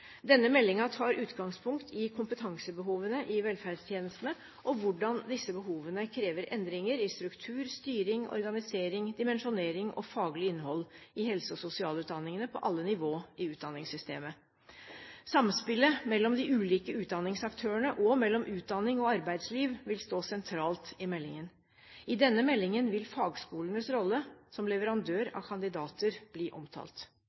Denne meldingen tar utgangspunkt i kompetansebehovene i velferdstjenestene og hvordan disse behovene krever endringer i struktur, styring, organisering, dimensjonering og faglig innhold i helse- og sosialutdanningene på alle nivå i utdanningssystemet. Samspillet mellom de ulike utdanningsaktørene og mellom utdanning og arbeidsliv vil stå sentralt i meldingen. I denne meldingen vil fagskolenes rolle som leverandør av kandidater bli omtalt.